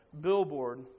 billboard